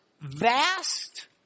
vast